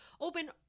open